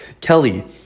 Kelly